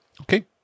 Okay